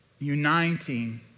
uniting